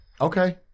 Okay